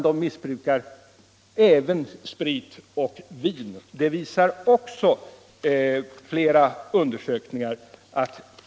De missbrukar även sprit och vin — det visar också flera undersökningar.